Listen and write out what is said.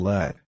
Let